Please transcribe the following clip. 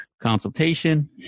consultation